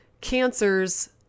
cancers